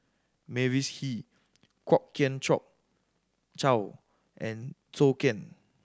Mavis Hee Kwok Kian Chow and Zhou Can